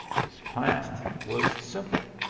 his plan was simple.